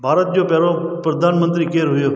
भारत जो पहिरियों प्रधानमंत्री केरु हुओ